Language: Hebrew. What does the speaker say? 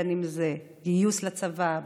בין אם זה בגיוס לצבא,